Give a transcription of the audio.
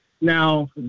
Now